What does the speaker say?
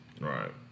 Right